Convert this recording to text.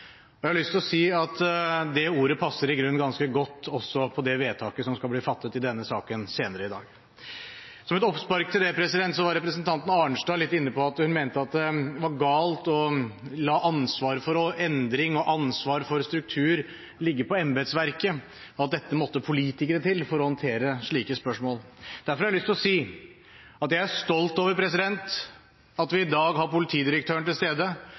vedtak. Jeg har lyst til å si at det ordet passer i grunnen ganske godt også på det vedtaket som skal bli fattet i denne saken senere i dag. Som et oppspark til det var representanten Arnstad inne på at hun mente at det var galt å la ansvar for endring og ansvar for struktur ligge på embetsverket, at det måtte politikere til for å håndtere slike spørsmål. Derfor har jeg lyst til å si at jeg er stolt over at vi i dag har politidirektøren til stede